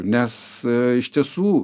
nes iš tiesų